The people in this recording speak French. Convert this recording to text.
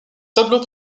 tableau